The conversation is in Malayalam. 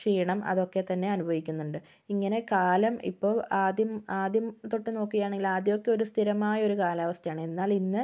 ക്ഷീണം അതൊക്കെത്തന്നെ അനുഭവിക്കുന്നുണ്ട് ഇങ്ങനെ കാലം ഇപ്പോൾ ആദ്യം ആദ്യം തൊട്ട് നോക്കുകയാണെങ്കിൽ ആദ്യമൊക്കെ ഒരു സ്ഥിരമായ ഒരു കാലാവസ്ഥയാണ് എന്നാലിന്ന്